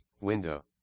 Window